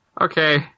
Okay